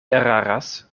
eraras